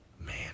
Man